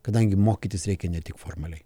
kadangi mokytis reikia ne tik formaliai